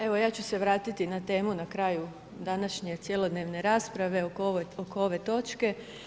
Evo ja ću se vratiti na temu na kraju današnje cjelodnevne rasprave oko ove točke.